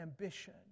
ambition